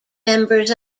members